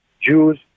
Jews